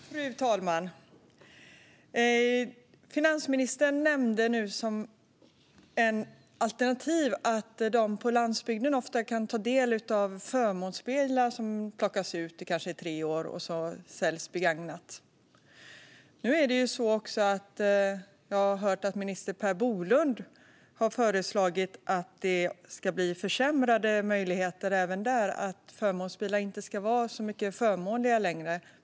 Fru talman! Finansministern nämnde att förmånsbilar som körs i kanske tre år och sedan säljs begagnat kan vara ett alternativ för dem som bor på landsbygden. Men jag har hört att minister Per Bolund har föreslagit att möjligheterna även där ska försämras och att förmånsbilar inte ska vara så förmånliga längre.